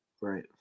Right